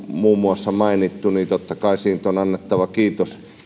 muun muassa kikystä on mainittu niin totta kai siitä on annettava kiitos